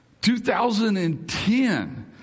2010